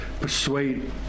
persuade